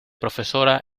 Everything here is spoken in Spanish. profesora